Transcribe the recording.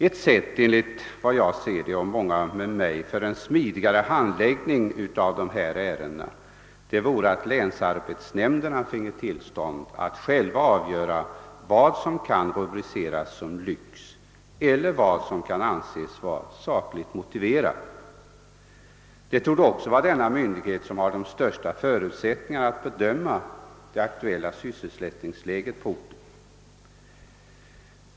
Ett sätt att — enligt min och många andras åsikt — åstadkomma en smidigare handläggning av dessa ärenden vore att länsarbetsnämnderna finge tillstånd att själva avgöra vad som kan rubriceras som lyx och vad som kan anses vara sakligt motiverat. Det torde också vara dessa myndigheter som har de största förutsättningarna att bedöma det aktuella sysselsättningsläget på orten.